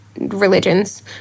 religions